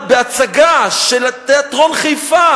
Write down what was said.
בהצגה של תיאטרון חיפה,